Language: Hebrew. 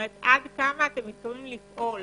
עד כמה אתם יכולים לפעול